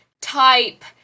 type